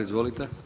Izvolite.